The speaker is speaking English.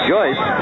Joyce